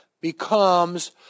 becomes